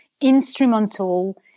instrumental